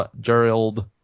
Gerald